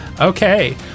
Okay